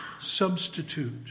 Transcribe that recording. substitute